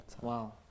Wow